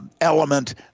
element